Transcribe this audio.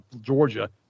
Georgia